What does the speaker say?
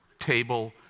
table,